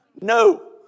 no